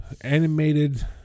Animated